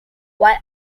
while